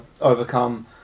overcome